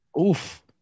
Oof